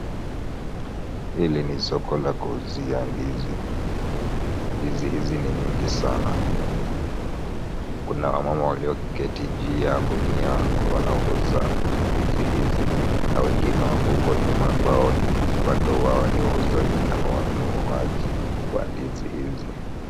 Hili ni soko la kuuzia ndizi, ndizi hizi ni mingi sana, kuna wamama walioketi juu ya gunia wanaouza ndizi hizi na wengine wako huko nyuma ambao bado wao ni wauzaji au wanunuzi wa ndizi hizi.